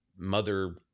mother